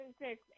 six